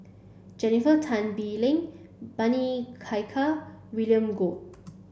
Jennifer Tan Bee Leng Bani Kaykal William Goode